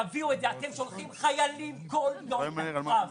אתם שולחים חיילים כל יום לקרב,